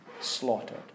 slaughtered